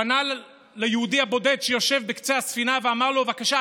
פנה אל היהודי הבודד שישב בקצה הספינה ואמר לו: בבקשה,